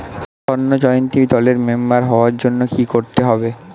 স্বর্ণ জয়ন্তী দলের মেম্বার হওয়ার জন্য কি করতে হবে?